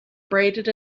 abraded